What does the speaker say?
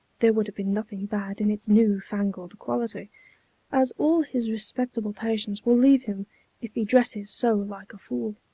there would have been nothing bad in its new-fangled quality as all his respectable patients will leave him if he dresses so like a fool.